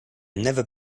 never